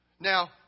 Now